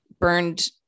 burned